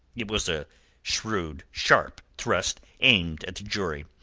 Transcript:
it was a shrewd, sharp thrust aimed at the jury,